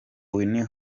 whitney